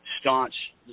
staunch